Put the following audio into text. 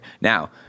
Now